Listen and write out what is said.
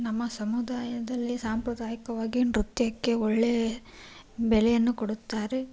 ನಮ್ಮ ಸಮುದಾಯದಲ್ಲಿ ಸಾಂಪ್ರದಾಯಿಕವಾಗಿ ನೃತ್ಯಕ್ಕೆ ಒಳ್ಳೆ ಬೆಲೆಯನ್ನು ಕೊಡುತ್ತಾರೆ